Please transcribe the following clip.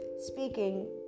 speaking